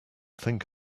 think